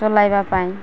ଚଲାଇବା ପାଇଁ